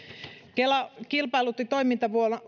kela kilpailutti toimintavuonna